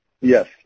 Yes